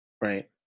Right